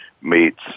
meets